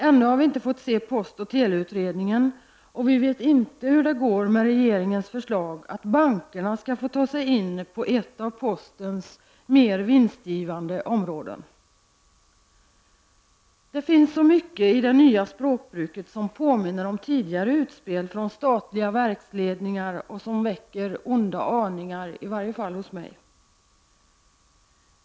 Ännu har vi inte fått se postoch teleutredningen, och vi vet inte hur det går med regeringens förslag att bankerna skall få ta sig in på ett av postens mer vinstgivande områden. Det finns mycket i det nya språkbruket som påminner om tidigare utspel från statliga verksledningar och som väcker onda aningar, i varje fall hos mig.